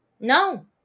No